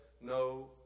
no